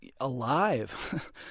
alive